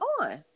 on